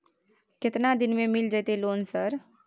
केतना दिन में मिल जयते लोन सर?